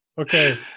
okay